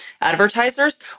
advertisers